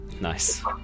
Nice